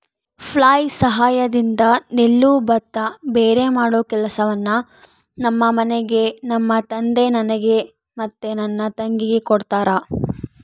flail ಸಹಾಯದಿಂದ ನೆಲ್ಲು ಭತ್ತ ಭೇರೆಮಾಡೊ ಕೆಲಸವನ್ನ ನಮ್ಮ ಮನೆಗ ನಮ್ಮ ತಂದೆ ನನಗೆ ಮತ್ತೆ ನನ್ನ ತಂಗಿಗೆ ಕೊಡ್ತಾರಾ